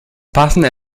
passende